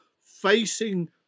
facing